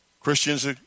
Christians